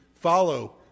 follow